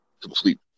complete